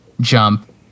jump